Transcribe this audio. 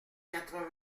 quatre